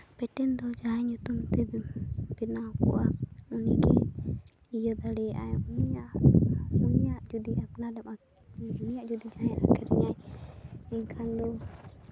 ᱵᱤᱴᱮᱱ ᱫᱚ ᱡᱟᱦᱟᱸᱭ ᱧᱩᱛᱩᱢ ᱛᱮ ᱵᱮᱱᱟᱣ ᱠᱚᱜᱼᱟ ᱩᱱᱤᱜᱮ ᱤᱭᱟᱹ ᱫᱟᱲᱮᱭᱟᱜ ᱟᱭ ᱩᱱᱤᱭᱟᱜ ᱩᱱᱤᱭᱟᱜ ᱩᱱᱤᱭᱟᱜ ᱡᱩᱫᱤ ᱡᱟᱦᱟᱸᱭᱟᱜ ᱟᱹᱠᱷᱨᱤᱧᱟᱭ ᱮᱱᱠᱷᱟᱱ ᱫᱚ